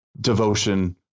devotion